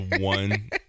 one